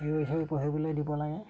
সেই সেই পঢ়িবলৈ দিব লাগে